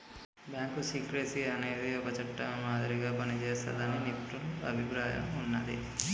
bank secrecy అనేది ఒక చట్టం మాదిరిగా పనిజేస్తాదని నిపుణుల అభిప్రాయం ఉన్నాది